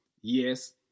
Yes